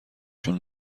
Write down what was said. جون